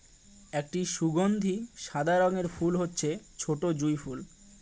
একটি সুগন্ধি সাদা রঙের ফুল হচ্ছে ছোটো জুঁই ফুল